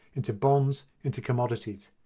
into bonds, into commodities.